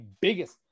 biggest